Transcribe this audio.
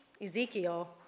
Ezekiel